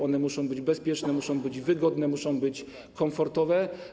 One muszą być bezpieczne, one muszą być wygodne, muszą być komfortowe.